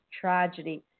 tragedy